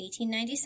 1897